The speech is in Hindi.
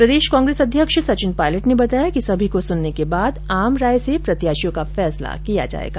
प्रदेश कांग्रेस अध्यक्ष सचिन पायलट ने बताया कि सभी को सुनने के बाद आम राय से प्रत्याशियों का फैसला किया जाएगा